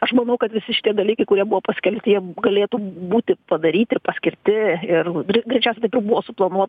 aš manau kad visi šitie dalykai kurie buvo paskelbti jiem galėtų būti padaryti ir paskirti ir dri greičiausiai taip ir buvo suplanuota